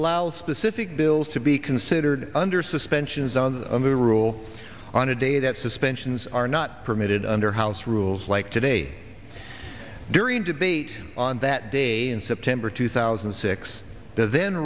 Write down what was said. allow specific bills to be considered under suspensions on the rule on a day that suspensions are not permitted under house rules like today during a debate on that day in september two thousand and six then